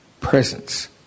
presence